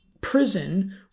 prison